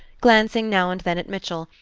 glancing now and then at mitchell,